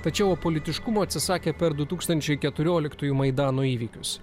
tačiau apolitiškumo atsisakė per du tūkstančiai keturioliktųjų maidano įvykius